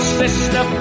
sister